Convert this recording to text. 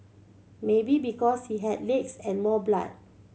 maybe because it had legs and more blood